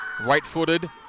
Right-footed